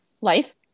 life